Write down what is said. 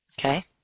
Okay